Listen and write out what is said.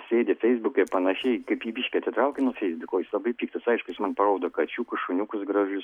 sėdi feisbuke panašiai kaip jį biški atitrauki nuo feisbuko jis labai piktas aišku jis man parodo kačiukus šuniukus gražiusz